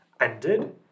ended